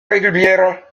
régulières